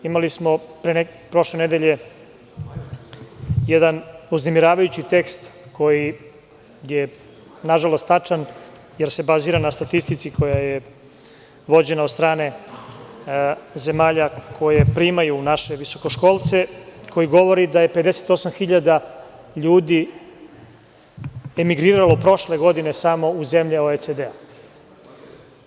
Imali smo prošle nedelje, jedan uznemiravajući tekst koji je nažalost tačan, jer se bazira na statistici koja je vođena od strane zemalja koje primaju naše visokoškolce, koji govori da je 58.000 ljudi emigriralo prošle godine samo u zemlje OECD-a.